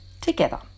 together